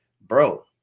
bro